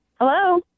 Hello